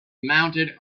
mounted